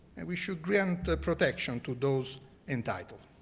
and we should grant protection to those entitled.